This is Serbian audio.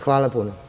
Hvala.